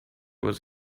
was